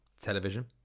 television